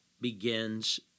begins